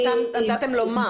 נתתם לו מה?